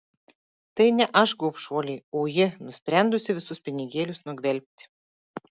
tai ne aš gobšuolė o ji nusprendusi visus pinigėlius nugvelbti